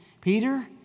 Peter